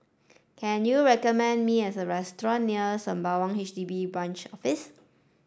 can you recommend me a restaurant near Sembawang H D B Branch Office